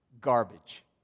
garbage